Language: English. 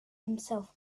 himself